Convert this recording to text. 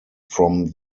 from